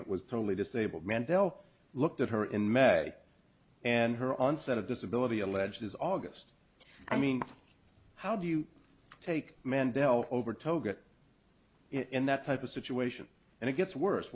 nt was totally disabled mendell looked at her in magic and her onset of disability alleges august i mean how do you take mandela over toga in that type of situation and it gets worse